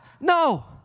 No